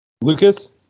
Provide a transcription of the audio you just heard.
Lucas